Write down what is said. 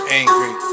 angry